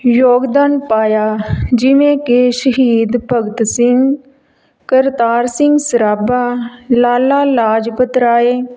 ਯੋਗਦਾਨ ਪਾਇਆ ਜਿਵੇਂ ਕਿ ਸ਼ਹੀਦ ਭਗਤ ਸਿੰਘ ਕਰਤਾਰ ਸਿੰਘ ਸਰਾਭਾ ਲਾਲਾ ਲਾਜਪਤ ਰਾਏ